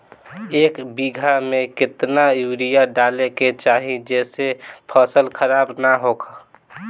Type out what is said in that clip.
एक बीघा में केतना यूरिया डाले के चाहि जेसे फसल खराब ना होख?